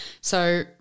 So-